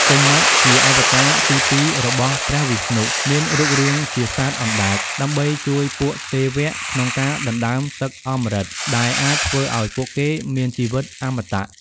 កុម៌ ជាអវតារទីពីររបស់ព្រះវិស្ណុមានរូបរាងជាសត្វអណ្តើក ដើម្បីជួយពួកទេវៈក្នុងការដណ្តើមទឹកអម្រឹត (ដែលអាចធ្វើឱ្យពួកគេមានជីវិតអមតៈ)។